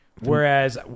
Whereas